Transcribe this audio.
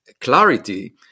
clarity